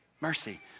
Mercy